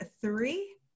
three